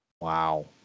Wow